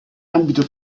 ambito